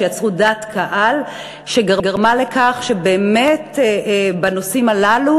שיצרו דעת קהל שגרמה לכך שבנושאים הללו